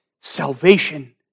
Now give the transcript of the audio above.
salvation